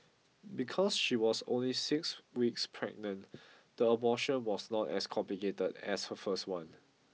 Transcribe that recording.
because she was only six weeks pregnant the abortion was not as complicated as her first one